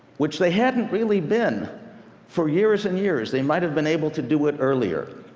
which they hadn't really been for years and years. they might have been able to do it earlier.